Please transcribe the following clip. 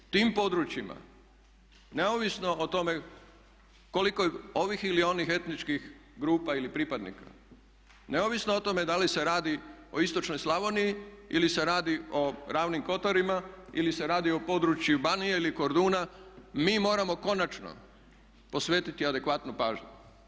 Tim područjima neovisno o tome koliko je ovih ili onih etničkih grupa ili pripadnika, neovisno o tome da li se radi o istočnoj Slavoniji ili se radi o Ravnim kotarima ili se radi o području Banije ili Korduna mi moramo konačno posvetiti adekvatnu pažnju.